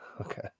Okay